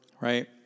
Right